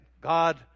God